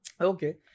Okay